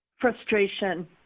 frustration